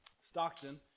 Stockton